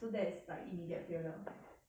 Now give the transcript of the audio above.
so that is like immediate failure